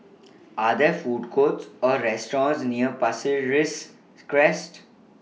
Are There Food Courts Or restaurants near Pasir Ris Crest